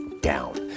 down